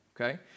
okay